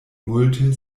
multe